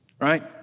right